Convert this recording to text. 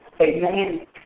Amen